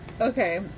Okay